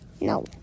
No